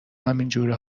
همینجوره